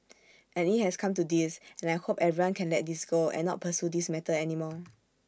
and IT has come to this and I hope everyone can let this go and not pursue this matter anymore